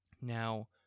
Now